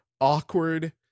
awkward